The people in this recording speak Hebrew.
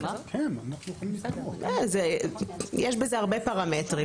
יש בזה הרבה פרמטרים.